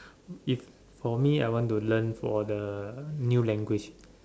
if for me I want to learn for the new language